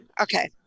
okay